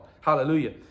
Hallelujah